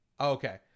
okay